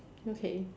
okay